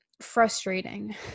frustrating